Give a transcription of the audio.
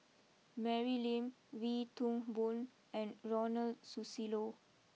Mary Lim Wee Toon Boon and Ronald Susilo